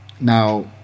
now